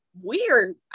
weird